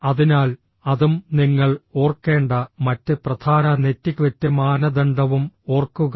അതിനാൽ അതും നിങ്ങൾ ഓർക്കേണ്ട മറ്റ് പ്രധാന നെറ്റിക്വെറ്റ് മാനദണ്ഡവും ഓർക്കുക